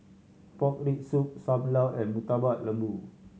pork rib soup Sam Lau and Murtabak Lembu